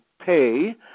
pay